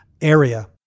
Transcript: area